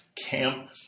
camp